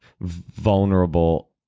vulnerable